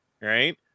right